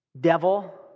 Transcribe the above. devil